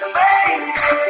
baby